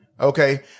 Okay